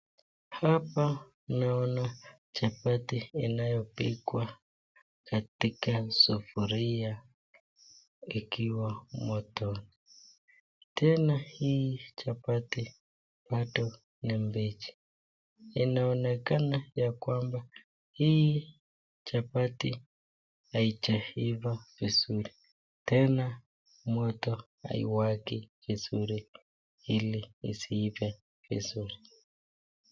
Hapa naona chapati inayopikwa katika sufuria ikiwa moto, tena hii chapati bado ni mbichi, inaonekana ya kwamba hii chapati haijaiva vizuri tena moto haiwaki vizuri ili isiive vizuri.